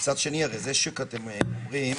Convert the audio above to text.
ומצד שני, זה שאתם אומרים